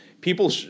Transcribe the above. people